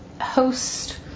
host